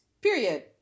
Period